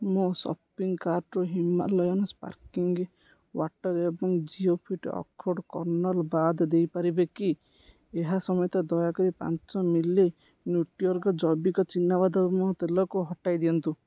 ମୋ ସପିଂ କାର୍ଟ୍ରୁ Himalayan sparkling water ଏବଂ ଜିଓଫିଟ୍ ଅଖରୋଟ୍ କର୍ଣ୍ଣଲ୍ ବାଦ୍ ଦେଇପାରିବେ କି ଏହା ସମେତ ଦୟାକରି ପାଞ୍ଚ ମିଲି ନ୍ୟୁଟ୍ରିଅର୍ଗ ଜୈବିକ ଚୀନାବାଦାମ ତେଲକୁ ହଟାଇ ଦିଅନ୍ତୁ